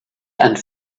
and